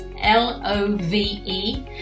L-O-V-E